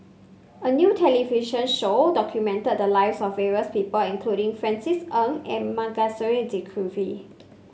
a new television show documented the lives of various people including Francis Ng and Masagos Zulkifli